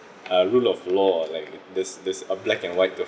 uh rule of law like there's there's a black and white of